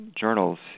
journals